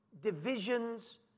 Divisions